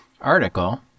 article